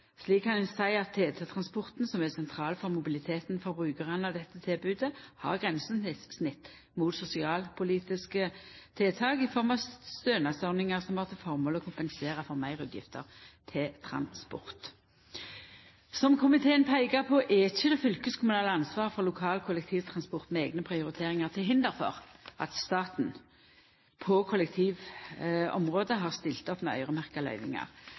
Slik sett kan ein seia at TT-transporten, som er sentral for mobiliteten for brukarane av dette tilbodet, har grensesnitt mot sosialpolitiske tiltak i form av stønadsordningar som har til formål å kompensera for meirutgifter til transport. Som komiteen peikar på, er ikkje det fylkeskommunale ansvaret for lokal kollektivtransport med eigne prioriteringar til hinder for at staten på kollektivområdet har stilt opp med øyremerka løyvingar,